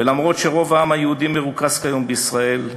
ולמרות שרוב העם היהודי מרוכז כיום בישראל,